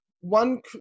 one